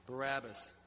Barabbas